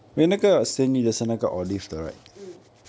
mm